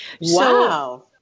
Wow